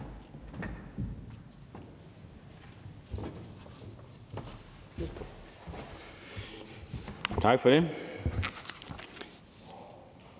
Tak for det.